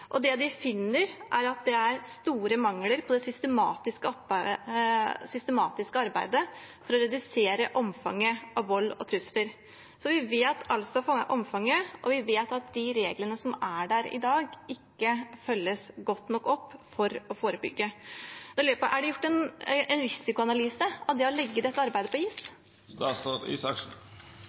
for å redusere omfanget av vold og trusler, så vi vet altså hva omfanget er, og vi vet at de reglene som er der i dag, ikke følges godt nok opp for å forebygge. Jeg lurer på om det er gjort en risikoanalyse av det å legge dette arbeidet på is?